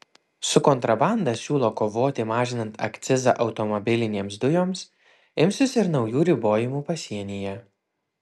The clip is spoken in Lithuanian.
su kontrabanda siūlo kovoti mažinant akcizą automobilinėms dujoms imsis ir naujų ribojimų pasienyje